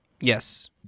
Yes